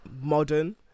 modern